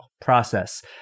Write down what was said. process